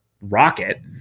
rocket